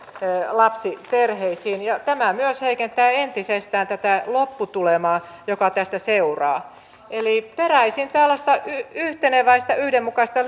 lapsiperheisiin ja tämä myös heikentää entisestään tätä lopputulemaa joka tästä seuraa eli peräisin tällaista yhteneväistä yhdenmukaista